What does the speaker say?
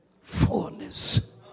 fullness